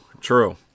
true